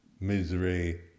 misery